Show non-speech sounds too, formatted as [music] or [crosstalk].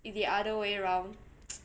it's the other way round [noise]